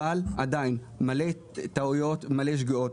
אבל עדיין מלא טעויות ושגיאות.